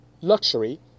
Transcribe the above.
luxury